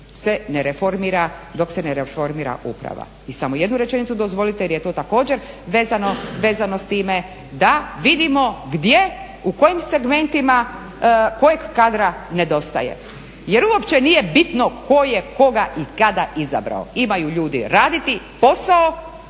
dok se ne reformira uprava. I samo jednu rečenicu dozvolite, jer je to također vezano s time da vidimo gdje, u kojim segmentima, kojeg kadra nedostaje. Jer uopće nije bitno tko je koga i kada izabrao. Imaju ljudi raditi posao,